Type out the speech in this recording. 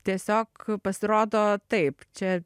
tiesiog pasirodo taip čia